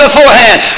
Beforehand